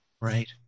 Right